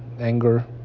anger